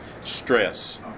Stress